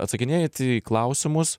atsakinėjat į klausimus